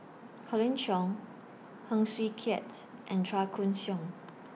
Colin Cheong Heng Swee Keat and Chua Koon Siong